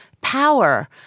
power